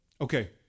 Okay